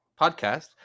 Podcast